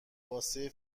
واسه